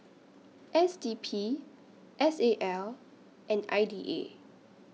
S D P S A L and I D A